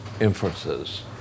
inferences